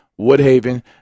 Woodhaven